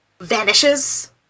vanishes